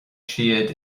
siad